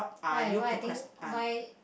why why I think why